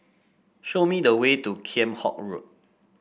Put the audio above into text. show me the way to Kheam Hock Road